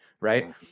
Right